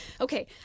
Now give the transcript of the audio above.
okay